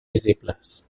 visibles